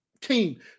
team